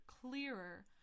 clearer